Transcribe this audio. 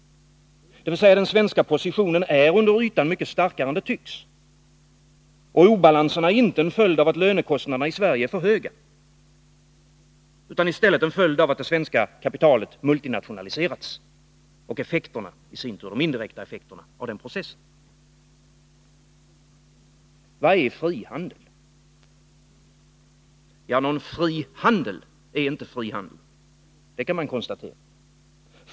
Den svenska positionen är alltså under ytan mycket starkare än det tycks. Obalanserna är inte en följd av att lönekostnaderna i Sverige är för höga utan i stället en följd av att det svenska kapitalet multinationaliserats och av de indirekta effekterna av den processen. Vad är frihandel? Ja, någon fri handel är inte frihandeln, det kan man konstatera.